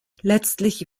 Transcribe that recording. letztlich